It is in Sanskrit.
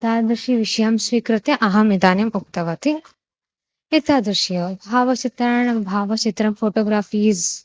तादृशं विषयं स्वीकृत्य अहम् इदानीम् उक्तवती एतादृशानाम् एव भावचित्राणां भावचित्रं फ़ोटोग्राफ़ीस्